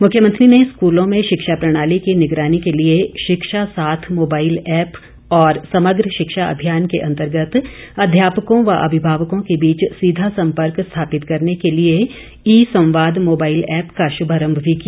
मुख्यमंत्री ने स्कूलों में शिक्षा प्रणाली की निगरानी के लिए शिक्षा साथ मोबाईल ऐप और समग्र शिक्षा अभियान के अंतर्गत अध्यापको व अभिभावकों के बीच सीधा सम्पर्क स्थापित करने के लिए ई सम्वाद मोबाईल ऐप का शभारम्भ भी किया